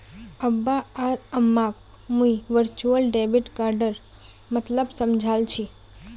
अब्बा आर अम्माक मुई वर्चुअल डेबिट कार्डेर मतलब समझाल छि